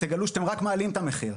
תגלו שאתם רק מעלים את המחיר.